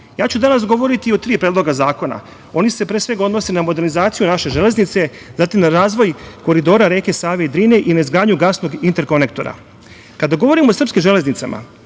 ću danas govoriti o tri predloga zakona. Oni se pre svega odnose na modernizaciju naše železnice, zatim na razvoj koridora reke Save i Drine i na izgradnju gasnog interkonektora. Kada govorimo o srpskim železnicama,